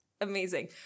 amazing